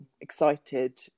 excited